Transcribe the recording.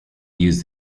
use